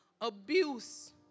abuse